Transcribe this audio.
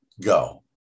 go